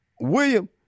William